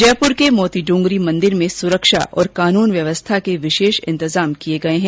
जयपुर के मोतीड्रंगरी मंदिर में सुरक्षा और कानून व्यवस्था के विशेष इंतजाम किये गये है